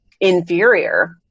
inferior